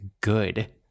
good